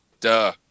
duh